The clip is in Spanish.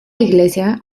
iglesia